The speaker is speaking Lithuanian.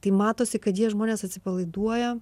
tai matosi kad tie žmonės atsipalaiduoja